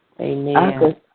Amen